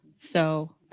so